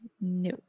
no